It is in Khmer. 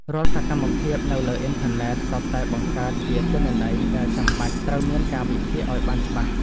រាល់សកម្មភាពនៅលើអ៊ិនធឺណិតសុទ្ធតែបង្កើតជាទិន្នន័យដែលចាំបាច់ត្រូវមានការវិភាគឱ្យបានច្បាស់។